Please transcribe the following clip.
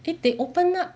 if they open up